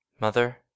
mother